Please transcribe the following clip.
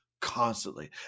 constantly